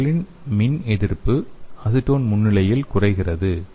ஒரு பொருளின் மின் எதிர்ப்பு அசிட்டோன் முன்னிலையில் குறைகிறது